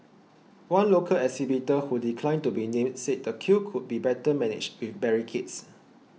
one local exhibitor who declined to be named said the queue could be better managed with barricades